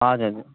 हजुर